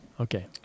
Okay